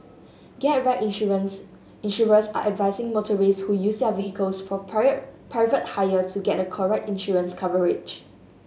get right insurance insurers are advising motorists who use their vehicles for private hire to get a correct insurance coverage